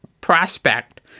prospect